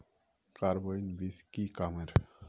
Carbine बीस की कमेर?